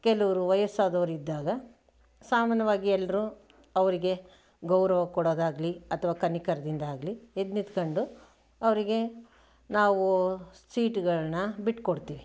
ಕೆಲವರು ವಯಸ್ಸಾದವರು ಇದ್ದಾಗ ಸಾಮಾನವಾಗಿ ಎಲ್ಲರೂ ಅವರಿಗೆ ಗೌರವ ಕೊಡೋದಾಗ್ಲಿ ಅಥವಾ ಕನಿಕರದಿಂದಾಗ್ಲಿ ಎದ್ದು ನಿಂತ್ಕೊಂಡು ಅವರಿಗೆ ನಾವು ಸೀಟ್ಗಳನ್ನು ಬಿಟ್ಕೊಡ್ತೀವಿ